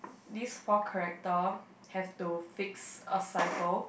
this four character have to fix a cipher